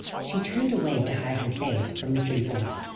she turned away to hide her face from mr. yorke.